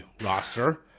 roster